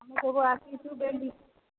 ଆମେ ସବୁ ଆସିଛୁ ଡେଲି